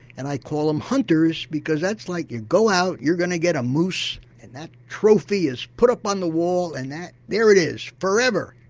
and i call them hunters because that's like you go out, you're going to get a moose and that trophy is put up on the wall and there it is forever.